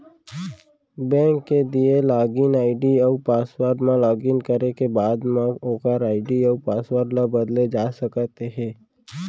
bank के दिए login ID अउ पासवर्ड म लॉगिन करे के बाद म ओकर आईडी अउ पासवर्ड ल बदले जा सकते हे